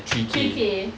three K